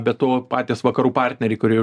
be to patys vakarų partneriai kurie